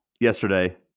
yesterday